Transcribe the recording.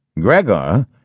Gregor